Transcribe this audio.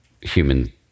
human